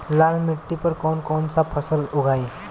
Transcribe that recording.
लाल मिट्टी पर कौन कौनसा फसल उगाई?